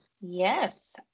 Yes